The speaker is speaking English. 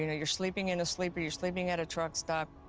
you know you're sleeping in a sleeper, you're sleeping at a truck stop.